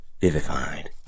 vivified